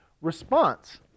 response